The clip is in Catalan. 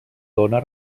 dóna